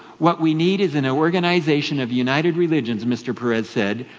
what we need is an ah organisation of united religions, mr. peres said,